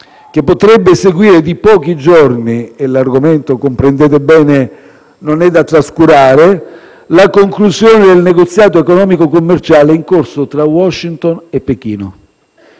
che potrebbe seguire di pochi giorni - e l'argomento, comprendete bene, non è da trascurare - la conclusione del negoziato economico-commerciale in corso tra Washington e Pechino.